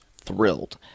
thrilled